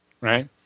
right